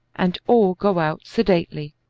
and all go out sedately